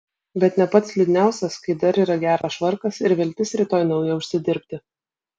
bet ne pats liūdniausias kai dar yra geras švarkas ir viltis rytoj naują užsidirbti